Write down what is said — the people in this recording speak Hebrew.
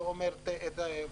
זה אומר תחבורה,